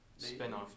spinoff